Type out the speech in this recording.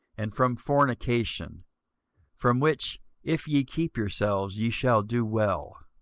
and from fornication from which if ye keep yourselves, ye shall do well.